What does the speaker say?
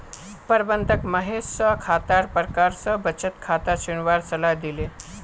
प्रबंधक महेश स खातार प्रकार स बचत खाता चुनवार सलाह दिले